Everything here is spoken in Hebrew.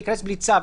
אני אגיד עוד פעם,